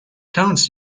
count